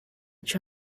try